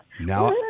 Now